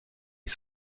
est